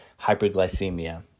hyperglycemia